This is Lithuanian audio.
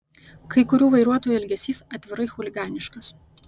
kai kurių vairuotojų elgesys atvirai chuliganiškas